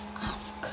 ask